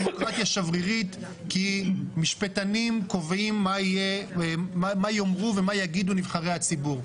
דמוקרטיה שברירית כי משפטנים קובעים מה יאמרו ומה יגידו נבחרי הציבור,